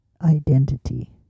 identity